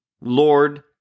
Lord